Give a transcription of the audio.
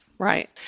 Right